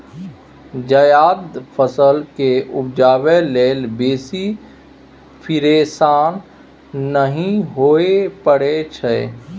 जायद फसल केँ उपजाबै लेल बेसी फिरेशान नहि हुअए परै छै